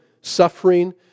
suffering